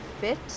fit